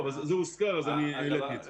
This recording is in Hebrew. לא נושא, אבל העליתי את זה.